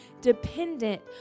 dependent